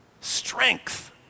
strength